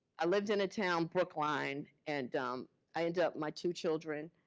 i lived in a town brookline, and i ended up, my two children,